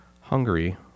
Hungary